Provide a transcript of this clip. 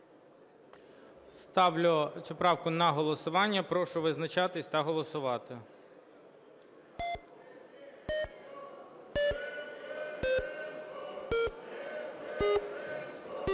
Ставлю правку на голосування. Прошу визначатись та голосувати.